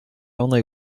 only